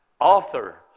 author